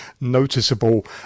noticeable